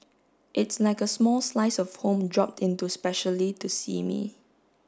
it's like a small slice of home dropped in to specially to see me